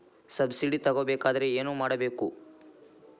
Subsidy ತಗೊಬೇಕಾದರೆ ಏನು ಮಾಡಬೇಕು?